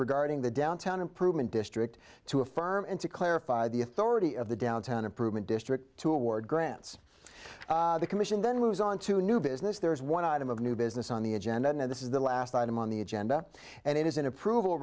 regarding the downtown improvement district to affirm and to clarify the authority of the downtown improvement district to award grants the commission then moves on to new business there is one item of new business on the agenda and this is the last item on the agenda and it is in approval